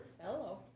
Hello